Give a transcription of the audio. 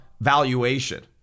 valuation